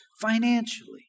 financially